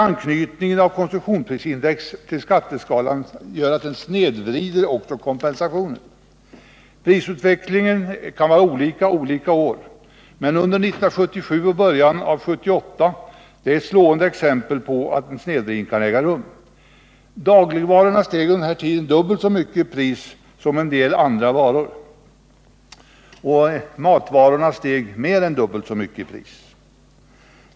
Anknytningen av konsumentprisindex till skatteskalan snedvrider också kompensationen. Prisutvecklingen kan vara olika under olika år, men 1977 och början av 1978 är slående exempel på hur en snedvridning kan äga rum. Dagligvarorna steg under den tiden dubbelt så mycket i pris som en del andra varor, och matpriserna steg mer än dubbelt så mycket.